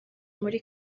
muri